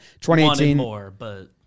2018